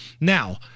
now